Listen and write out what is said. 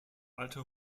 alte